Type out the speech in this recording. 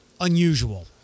unusual